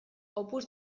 opus